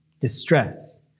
distress